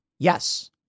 Yes